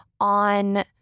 on